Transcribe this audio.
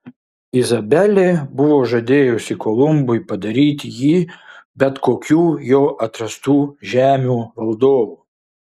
izabelė buvo žadėjusi kolumbui padaryti jį bet kokių jo atrastų žemių valdovu